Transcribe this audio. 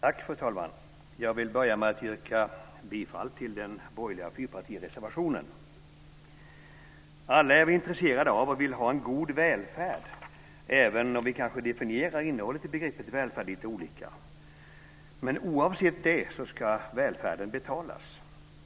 Fru talman! Jag vill börja med att yrka bifall till den borgerliga fyrpartireservationen. Alla är vi intresserade av och vill ha en god välfärd, även om vi kanske definierar innehållet i begreppet välfärd lite olika. Men oavsett det ska välfärden betalas.